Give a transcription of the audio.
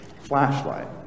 flashlight